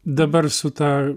dabar su ta